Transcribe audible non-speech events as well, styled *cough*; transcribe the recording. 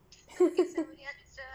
*laughs*